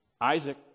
Isaac